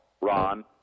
Ron